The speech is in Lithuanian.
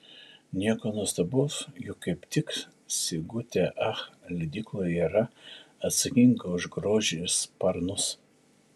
nieko nuostabaus juk kaip tik sigutė ach leidykloje yra atsakinga už grožį ir sparnus